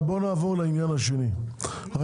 תכף אנחנו נתייחס לזה.